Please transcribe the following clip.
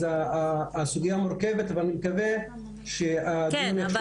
אז הסוגייה מורכבת אבל אני מקווה שהדיון --- כן,